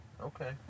Okay